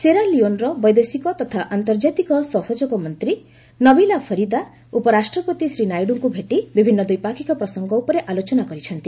ସେରା ଲିଓନ୍ର ବୈଦେଶିକ ତଥା ଆନ୍ତର୍ଜାତିକ ସହଯୋଗ ମନ୍ତ୍ରୀ ନବିଲା ଫରିଦା ଉପରାଷ୍ଟ୍ରପତି ଶ୍ରୀ ନାଇଡୁଙ୍କୁ ଭେଟି ବିଭିନ୍ନ ଦ୍ୱିପାକ୍ଷିକ ପ୍ରସଙ୍ଗ ଉପରେ ଆଲୋଚନା କରିଛନ୍ତି